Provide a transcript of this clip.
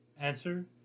Answer